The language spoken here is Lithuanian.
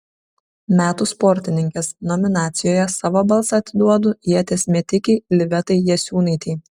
metų sportininkės nominacijoje savo balsą atiduodu ieties metikei livetai jasiūnaitei